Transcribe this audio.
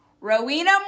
Rowena